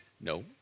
No